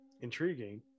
intriguing